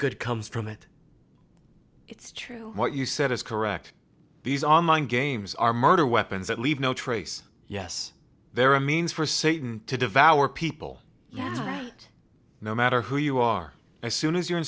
good comes from it it's true what you said is correct these online games are murder weapons that leave no trace yes they're a means for satan to devour people no matter who you are as soon as you're